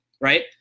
right